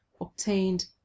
obtained